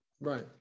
Right